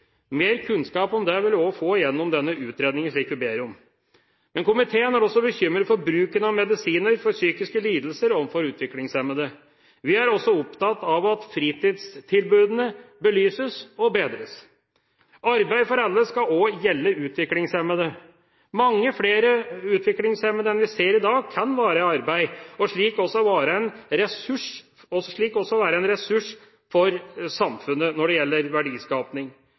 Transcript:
mer kunnskap om det vil vi også få gjennom den utredningen vi ber om. Men komiteen er også bekymret for bruken av medisiner for psykiske lidelser til utviklingshemmede. Vi er også opptatt av at fritidstilbudene belyses og bedres. Arbeid for alle skal også gjelde utviklingshemmede. Mange flere utviklingshemmede enn det vi ser i dag, kan være i arbeid, og slik også være en ressurs